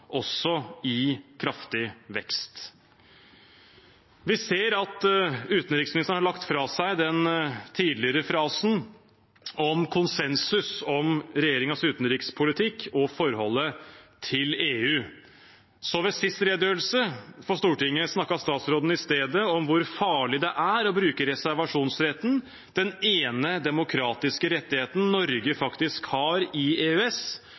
også i kraftig vekst. Vi ser at utenriksministeren har lagt fra seg den tidligere frasen om konsensus om regjeringens utenrikspolitikk og forholdet til EU. Ved siste redegjørelse for Stortinget snakket utenriksministeren i stedet om hvor farlig det er å bruke reservasjonsretten, den ene demokratiske rettigheten Norge faktisk har i EØS,